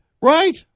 Right